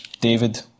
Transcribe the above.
David